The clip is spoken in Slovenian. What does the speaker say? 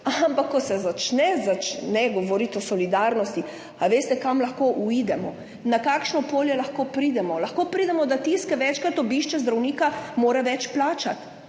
Ampak ko se začne govoriti o solidarnosti, veste, kam lahko zaidemo, na kakšno polje lahko pridemo? Lahko pridemo do tega, da mora tisti, ki večkrat obišče zdravnika, več plačati.